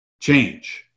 change